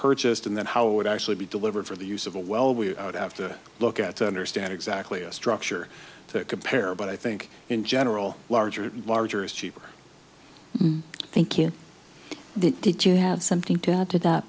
purchased and then how would actually be delivered for the use of a well we have to look at to understand exactly a structure to compare but i think in general larger and larger is cheaper thank you did you have something to add to that